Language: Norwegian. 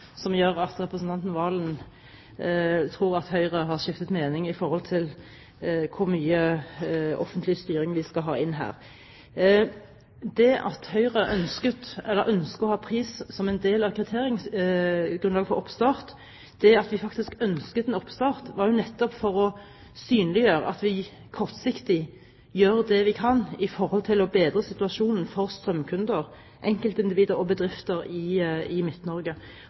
som gjør at representanten Serigstad Valen tror at Høyre har skiftet mening om hvor mye offentlig styring vi skal ha inn her. Det at Høyre ønsker å ha pris som en del av kriteriegrunnlaget for oppstart, det at vi faktisk ønsket en oppstart, var jo nettopp for å synliggjøre at vi kortsiktig gjør det vi kan for å bedre situasjonen for strømkunder – enkeltindivider og bedrifter – i